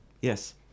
yes